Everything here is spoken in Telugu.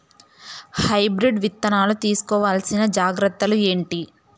హైబ్రిడ్ విత్తనాలు తీసుకోవాల్సిన జాగ్రత్తలు ఏంటి?